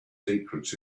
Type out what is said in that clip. secrets